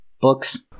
books